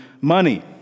money